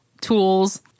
tools